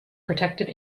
protected